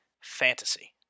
Fantasy